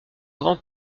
grand